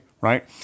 Right